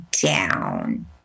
down